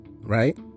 right